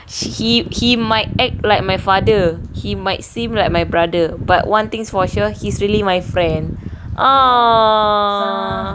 he he might act like my father he might seem like my brother but one things for sure he's really my friend !aww!